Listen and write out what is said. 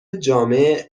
جامع